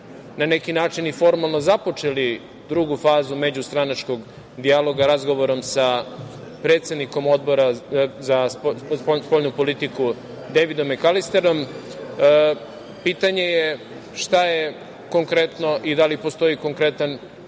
na neki način i formalno započeli drugu fazu međustranačkog dijaloga razgovorom sa predsednikom Odbora za spoljnu politiku, Dejvidom Mekalisterom, pitanje je – šta je konkretno i da li postoji konkretan